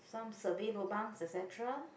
some survey lobangs et cetera